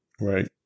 right